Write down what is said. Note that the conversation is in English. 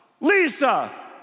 Lisa